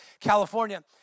California